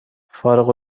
فارغ